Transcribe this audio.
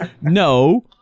No